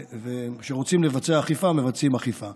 וכשרוצים לבצע אכיפה, מבצעים אכיפה